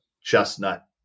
chestnut